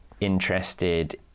interested